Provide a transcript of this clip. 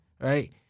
Right